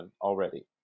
already